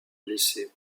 blessés